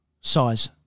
size